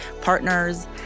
partners